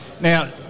Now